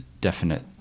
definite